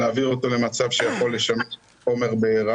להביא אותו למצב שאפשר יהיה לשרוף אותו.